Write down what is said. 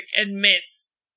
admits